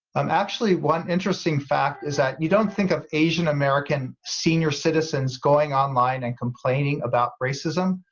um actually one interesting fact is that you don't think of asian-american senior citizens going online and complaining about racism,